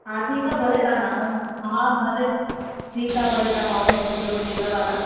हा ठीकु आहे भले तव्हां हा भले तव्हां नान मोकिलियो तेल वारा